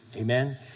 Amen